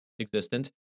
existent